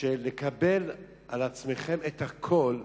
שלקבל על עצמכם את הכול,